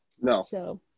No